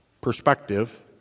perspective